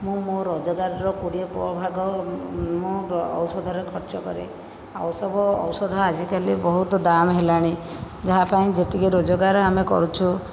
ମୁଁ ମୋ ରୋଜଗାରର କୋଡ଼ିଏ ପ ଭାଗ ମୁଁ ମୋ ଔଷଧରେ ଖର୍ଚ୍ଚ କରେ ଆଉ ସବୁ ଔଷଧ ଆଜିକାଲି ବହୁତ ଦାମ ହେଲାଣି ଯାହାପାଇଁ ଯେତିକି ରୋଜଗାର ଆମେ କରୁଛୁ